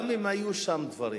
גם אם היו שם דברים,